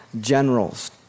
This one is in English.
generals